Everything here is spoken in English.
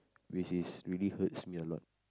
which is really hurts me a lot